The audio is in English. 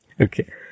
Okay